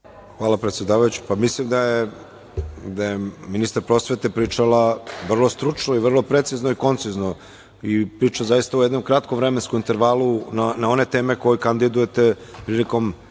Hvala predsedavajuća, mislim da je ministar prosvete pričala vrlo stručno i vrlo precizno i koncizno i priča zaista u jednom kratkom vremenskom intervalu na one teme koje kandidujete prilikom